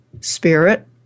spirit